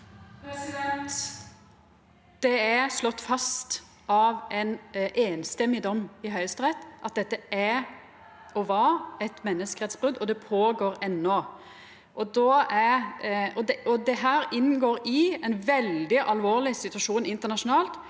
Det er slått fast av ein einstemmig dom i Høgsterett at dette er og var eit menneskerettsbrot, og det føregår enno. Dette inngår i ein veldig alvorleg situasjon internasjonalt